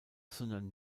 sondern